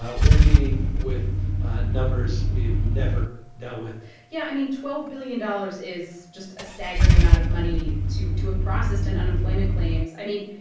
we're dealing with numbers we have never dealt with yeah. i mean, twelve billion dollars is just a staggering amount of money to to have processed in unemployment claims. i mean,